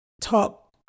talk